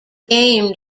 game